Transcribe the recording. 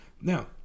Now